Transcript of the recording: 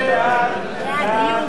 קדימה